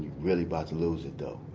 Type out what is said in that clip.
really about to lose it, though.